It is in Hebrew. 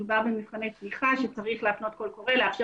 מדובר במבחני תמיכה שצריך להפנות קול קורא לאפשר